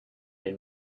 den